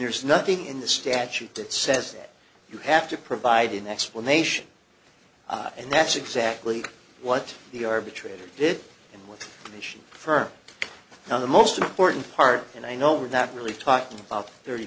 there's nothing in the statute that says that you have to provide an explanation and that's exactly what the arbitrator did with mission firm on the most important part and i know we're not really talking about thirty